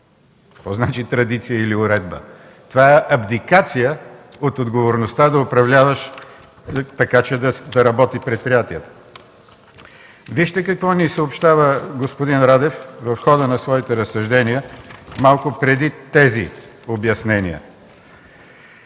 Това е апликация от отговорността да управляваш така, че предприятията да работят. Вижте какво ни съобщава господин Радев в хода на своите разсъждения малко преди тези обяснения: